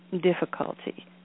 difficulty